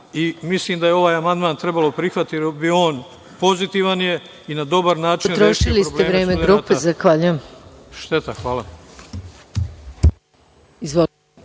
Mislim da je ovaj amandman trebalo prihvatiti, jer je pozitivan i na dobar način bi rešio probleme studenata.